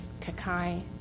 Kakai